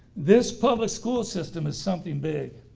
this public school system is something big,